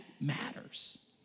matters